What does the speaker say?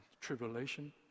tribulation